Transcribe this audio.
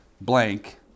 blank